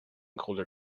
colder